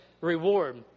reward